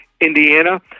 Indiana